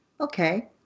okay